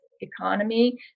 economy